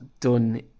done